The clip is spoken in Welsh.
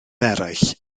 eraill